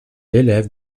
l’élève